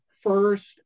first